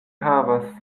havas